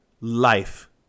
life